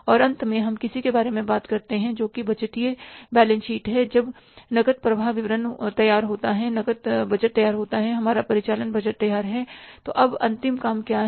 अब अंत में हम किसी के बारे में बात करते हैं जो बजटीय बैलेंस शीट है जब नकद प्रवाह विवरण तैयार है नकद बजट तैयार है हमारा परिचालन बजट तैयार है तो अब अंतिम काम क्या होना है